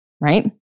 right